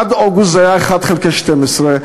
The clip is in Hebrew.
עד אוגוסט זה היה 1 חלקי 12,